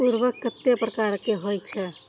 उर्वरक कतेक प्रकार के होई छै?